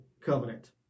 covenant